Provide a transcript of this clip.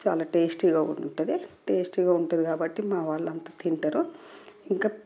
చాలా టేస్టీగా కూడా ఉంటుంది టేస్టీగా ఉంటుంది కాబట్టి మా వాళ్ళంతా తింటారు ఇంకా